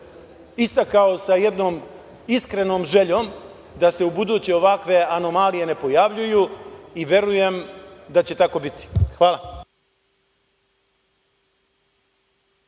istakao sa jednom iskrenom željom da se ubuduće ovakve anomalije ne pojavljuju i verujem da će tako biti. Hvala.